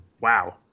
wow